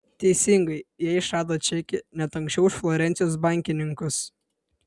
teisingai jie išrado čekį net anksčiau už florencijos bankininkus